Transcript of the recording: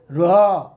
ରୁହ